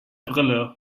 brille